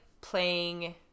playing